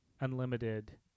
unlimited